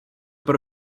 pro